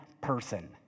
person